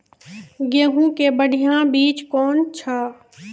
गेहूँ के बढ़िया बीज कौन छ?